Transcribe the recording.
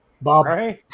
Bob